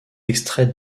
extraite